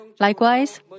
Likewise